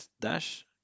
dash